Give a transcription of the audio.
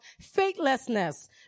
faithlessness